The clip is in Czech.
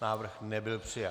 Návrh nebyl přijat.